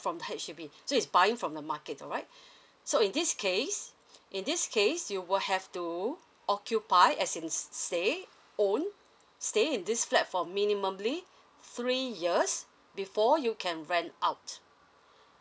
from the H_D_B so it's buying from the market alright so in this case in this case you will have to occupy as in stay own stay in this flat for minimum three years before you can rent out